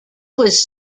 was